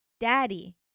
daddy